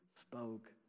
spoke